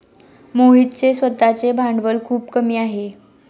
मोहितचे स्वतःचे भांडवल खूप कमी आहे